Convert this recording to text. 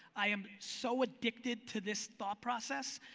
i am so addicted to this thought process.